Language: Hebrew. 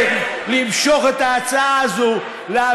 בז לכם.